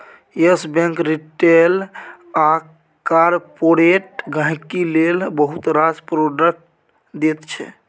yes bank retail आ corporate गांहिकी लेल बहुत रास प्रोडक्ट दैत छै